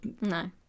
No